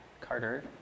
Carter